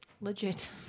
legit